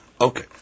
Okay